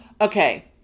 Okay